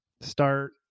start